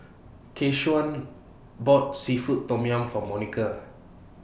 Keshaun bought Seafood Tom Yum For Monika